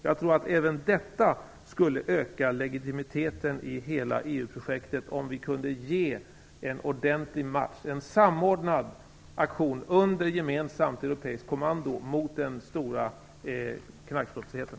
Jag tror att även detta skulle öka legitimiteten i hela EU-projektet, om vi kunde gå en ordentlig match, en samordnad aktion under gemensamt europeiskt kommando, mot den stora knarkbrottsligheten.